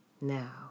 Now